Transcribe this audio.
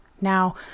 Now